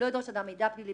(ב) לא ידרוש אדם מידע פלילי,